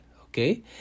okay